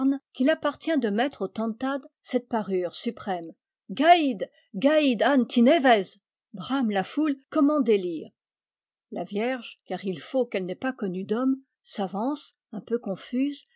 qu'il appartient de mettre au tantad cette parure suprême gaïd gaïd an tinévez brame la foule comme en délire la vierge car il faut qu'elle n'ait pas connu d'homme s'avance un peu confuse